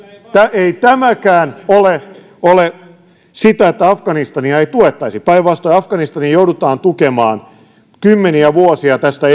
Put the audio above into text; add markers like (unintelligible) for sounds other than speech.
ei ole ole sitä että afganistania ei tuettaisi päinvastoin afganistania joudutaan tukemaan kymmeniä vuosia tästä (unintelligible)